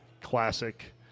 classic